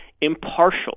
impartial